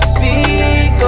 Speak